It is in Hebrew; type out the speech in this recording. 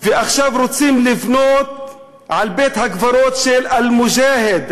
ועכשיו רוצים לבנות על בית-הקברות של אל-מֻג'אהד,